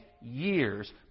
years